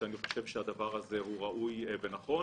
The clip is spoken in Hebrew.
אני חושב שהדבר הזה ראוי ונכון.